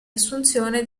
assunzione